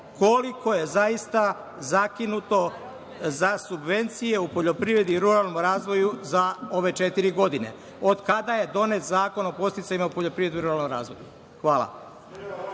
koliko je zaista zakinuto za subvencije u poljoprivredi i ruralnom razvoju za ove četiri godine, od kada je donet Zakon o podsticajima u poljoprivredi i ruralnom razvoju. Hvala.